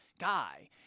guy